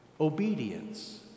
obedience